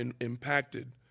impacted